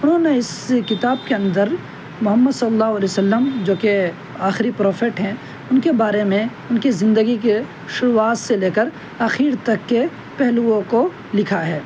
انہوں نے اس کتاب کے اندر محمد صلی اللہ علیہ وسلم جو کہ آخری پروفیٹ ہیں ان کے بارے میں ان کی زندگی کے شروعات سے لے کر اخیر تک کے پہلوؤں کو لکھا ہے